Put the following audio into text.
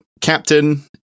Captain